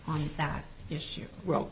on that issue well